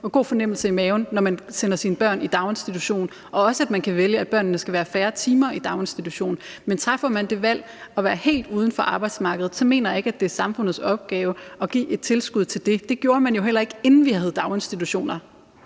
en god mavefornemmelse, når man sender sine børn i daginstitution, og også at man kan vælge, at børnene skal være færre timer i daginstitutionen. Men træffer man det valg at være helt uden for arbejdsmarkedet, mener jeg ikke, det er samfundets opgave at give et tilskud til det. Det gjorde man jo heller ikke, inden vi havde daginstitutioner.